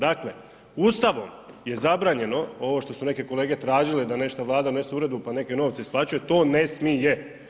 Dakle, Ustavom je zabranjeno ovo što su neke kolege tražile da nešto Vlada donese uredbu pa neke novce isplaćuje, to ne smije.